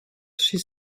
she